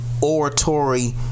oratory